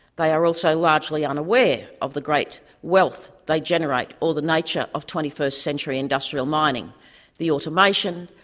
they are also largely unaware of the great wealth they generate or the nature of twenty-first century industrial mining the automation,